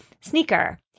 sneaker